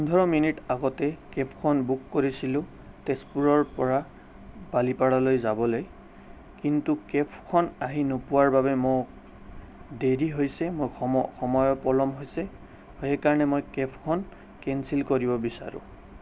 পোন্ধৰ মিনিট আগতেই কেবখন বুক কৰিছিলোঁ তেজপুৰৰপৰা বালিপাৰালৈ যাবলৈ কিন্তু কেবখন আহি নোপোৱাৰ বাবে মোক দেৰি হৈছে মই সময়ৰ পলম হৈছে সেইকাৰণে মই কেবখন কেঞ্চেল কৰিব বিচাৰোঁ